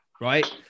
right